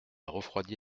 refroidit